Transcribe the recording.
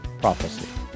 prophecy